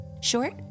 Short